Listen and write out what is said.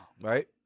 Right